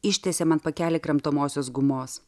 ištiesė man pakelį kramtomosios gumos